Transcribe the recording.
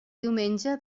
diumenge